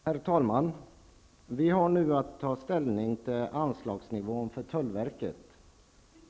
Herr talman! Vi har nu att ta ställning till anslagsnivån för tullverket.